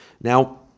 Now